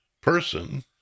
person